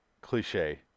cliche